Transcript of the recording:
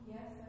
Yes